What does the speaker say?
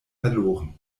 verloren